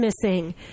missing